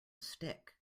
stick